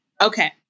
Okay